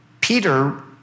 Peter